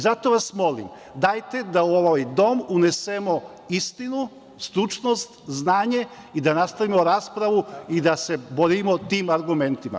Zato vas molim, dajte da u ovaj dom unesemo istinu, stručnost, znanje i da nastavimo raspravu i da se borimo tim argumentima.